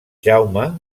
jaume